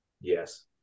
Yes